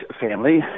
family